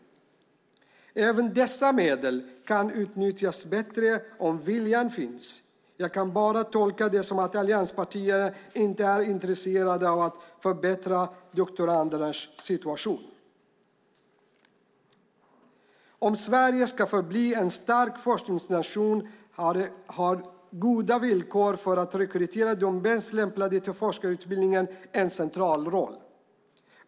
Även dessa medel kan nyttjas bättre om viljan finns. Jag kan bara tolka det som att allianspartierna inte är intresserade av att förbättra doktorandernas situation. Om Sverige ska förbli en stark forskningsnation har goda villkor för att rekrytera de bäst lämpade till forskningsutbildningen en central roll.